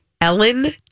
Ellen